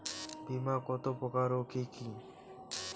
বীমা কত প্রকার ও কি কি?